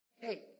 Hey